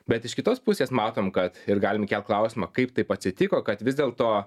bet iš kitos pusės matom kad ir galim kelti klausimą kaip taip atsitiko kad vis dėlto